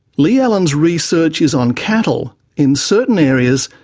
lee allen's research is on cattle, in certain areas,